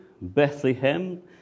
Bethlehem